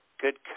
good